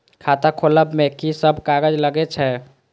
खाता खोलब में की सब कागज लगे छै?